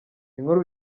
inkuru